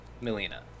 Melina